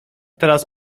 teraz